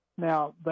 Now